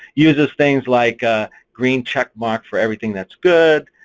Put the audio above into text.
uses things like ah green checkmark for everything that's good,